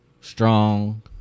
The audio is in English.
strong